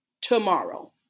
tomorrow